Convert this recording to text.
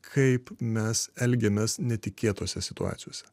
kaip mes elgiamės netikėtose situacijose